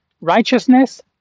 righteousness